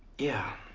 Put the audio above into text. yeah.